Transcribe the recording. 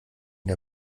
der